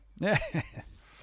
Yes